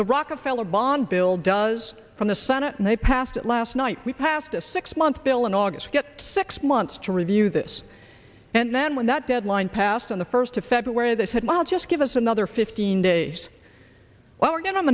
the rockefeller bond bill does from the senate and they passed it last night we passed a six month bill in august get six months to review this and then when that deadline passed on the first of february they said well just give us another fifteen days while we're going